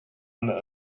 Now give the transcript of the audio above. under